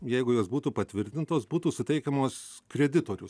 jeigu jos būtų patvirtintos būtų suteikiamos kreditorius